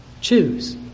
choose